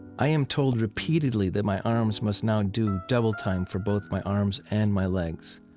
i am told repeatedly that my arms must now do double time for both my arms and my legs.